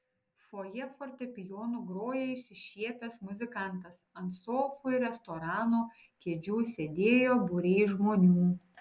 fojė fortepijonu grojo išsišiepęs muzikantas ant sofų ir restorano kėdžių sėdėjo būriai žmonių